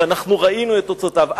שאנחנו ראינו את תוצאותיו.